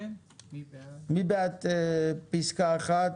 מי בעד פסקה (1)?